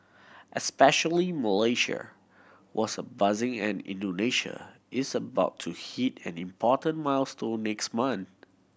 especially Malaysia was buzzing and Indonesia is about to hit an important milestone next month